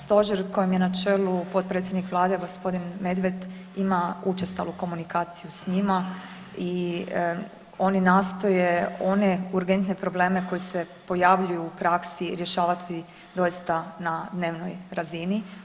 Stožer kojem je na čelu potpredsjednik Vlade gospodin Medved ima učestalu komunikaciju sa njima i oni nastoje one urgentne probleme koji se pojavljuju u praksi rješavati doista na dnevnoj razini.